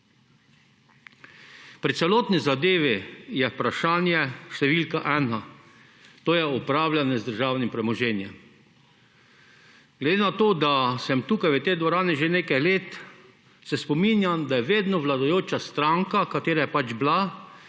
Pri celotni zadevi je vprašanje številka ena, to je upravljanje z državnim premoženjem. Glede na to, da sem tukaj v tej dvorani že nekaj let, se spominjam, da je vedno vladajoča stranka, katera je pač bila,